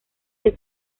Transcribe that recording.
del